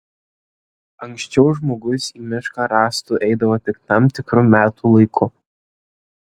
anksčiau žmogus į mišką rąstų eidavo tik tam tikru metų laiku